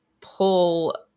pull